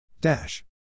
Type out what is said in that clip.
Dash